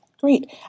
Great